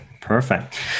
perfect